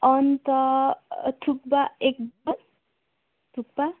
अन्त थुक्पा एक बोल थुक्पा